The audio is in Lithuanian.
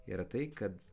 yra tai kad